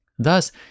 thus